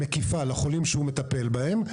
מקיפה לחולים שהוא מטפל בהם.